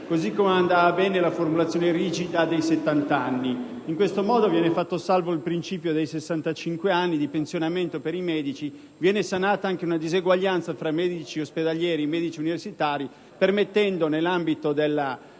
così come non andava bene la formulazione rigida dei 70 anni di età. In questo modo, viene fatto salvo il principio dei 65 anni per il pensionamento per i medici e viene sanata una disuguaglianza tra medici ospedalieri e medici universitari, permettendo al singolo